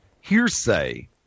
hearsay